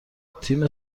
تیم